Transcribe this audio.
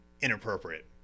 inappropriate